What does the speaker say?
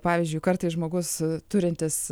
pavyzdžiui kartais žmogus turintis